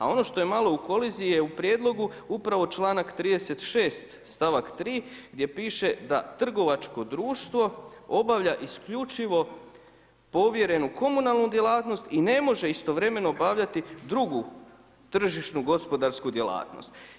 A ono što je malo u koliziji je u prijedlogu upravo članak 36. stavak 3. gdje piše da trgovačko društvo obavlja isključivo povjerenu komunalnu djelatnost i ne može istovremeno obavljati drugu tržišnu gospodarsku djelatnost.